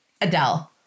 Adele